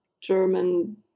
German